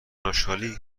آشغالی